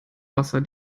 wasser